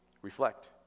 Reflect